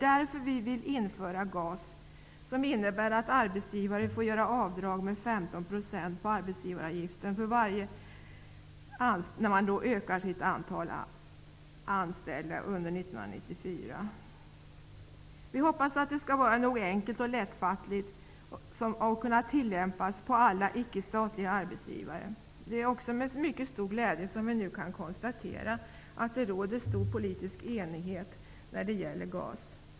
Därför vill vi införa GAS, som innebär att arbetsgivare får göra avdrag med 15 % på arbetsgivaravgiften för varje nyanställd under 1994, utöver den tidigare arbetsstyrkan. Vi hoppas att systemet skall vara tillräckligt enkelt och lättbegripligt och att det skall kunna tillämpas på alla icke-statliga arbetsgivare. Det är också med mycket stor glädje vi konstaterar att det råder stor politisk enighet om GAS.